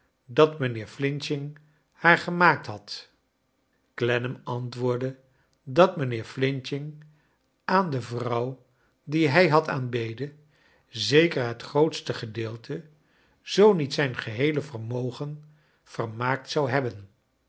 dat mijnheer f haar gemaakt had clennam antwoordde dat mijnheer f aan de vrouw die hrj had aangebeden zeker het grootste gedeelte zoo niet zijn geheele vermogen vermaakt zou hebben